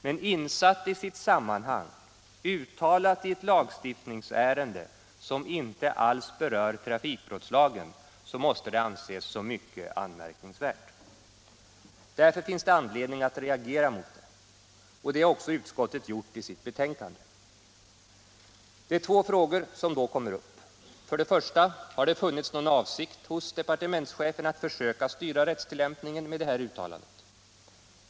Men insatt i sitt sammanhang, uttalat i ett lagstiftningsärende, som inte alls berör trafikbrottslagen, måste det anses som mycket anmärkningsvärt. Därför finns det anledning att reagera mot det, och det har också utskottet gjort i sitt betänkande. Det är två frågor som då kommer upp. För det första: Har det funnits någon avsikt hos departementschefen att försöka styra rättstillämpningen med uttalandet?